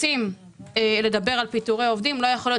רוצים לדבר על פיטורי עובדים - לא יכול להיות